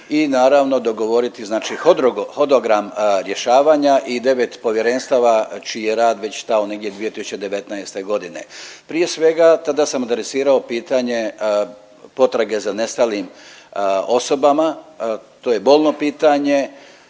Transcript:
i naravno dogovoriti znači hodogram rješavanja i 9 povjerenstava čiji je rad već dao negdje 2019. godine. Prije svega, tada sam adresirao pitanje potrage za nestalim osobama. To je bolno pitanje.